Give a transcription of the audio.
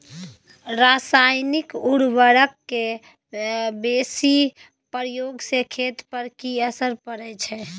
रसायनिक उर्वरक के बेसी प्रयोग से खेत पर की असर परै छै?